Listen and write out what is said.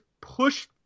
push